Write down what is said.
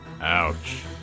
Ouch